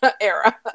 era